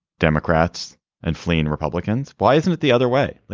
democrats and fleeing republicans. why isn't it the other way.